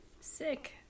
Sick